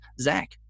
Zach